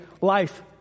life